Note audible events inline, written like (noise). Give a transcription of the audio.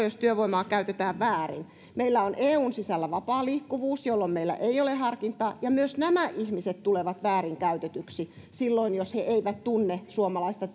(unintelligible) jos työvoimaa käytetään väärin meillä on eun sisällä vapaa liikkuvuus jolloin meillä ei ole harkintaa ja myös nämä ihmiset tulevat väärinkäytetyiksi silloin jos he eivät tunne suomalaista (unintelligible)